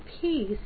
peace